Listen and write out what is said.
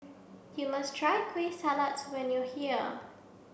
you must try Kueh Salat when you are here